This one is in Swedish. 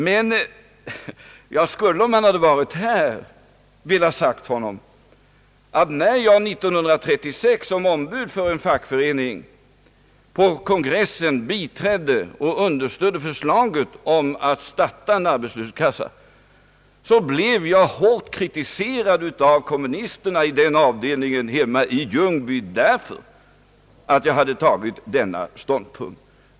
Men om han hade varit här, skulle jag ha velat säga honom, att när jag 1936 som ombud för en fackförening på kongressen biträdde och understödde förslaget om startande av en arbetslöshetskassa, så blev jag hårt kritiserad av kommunisterna i avdelningen hemma i Ljungby därför att jag hade intagit denna ståndpunkt.